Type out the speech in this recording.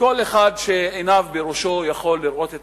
וכל אחד שעיניו בראשו יכול לראות את